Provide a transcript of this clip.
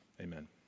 Amen